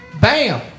Bam